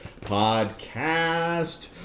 Podcast